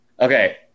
Okay